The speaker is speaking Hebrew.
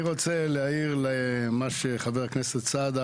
אני רוצה להעיר למה שאמר חבר הכנסת סעדה,